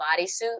bodysuit